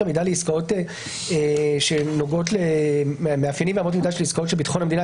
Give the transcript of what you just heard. המידה שנוגעות לעסקאות של ביטחון המדינה,